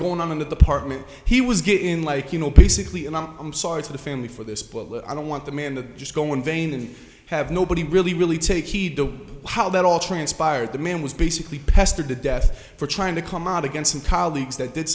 going on in the department he was getting like you know basically and i'm i'm sorry to the family for this but i don't want the man to just go in vain and have nobody really really take heed the how that all transpired the man was basically pestered to death for trying to come out against some colleagues that did